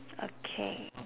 okay